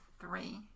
three